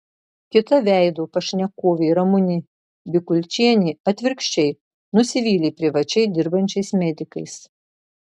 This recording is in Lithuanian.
kita veido pašnekovė ramunė bikulčienė atvirkščiai nusivylė privačiai dirbančiais medikais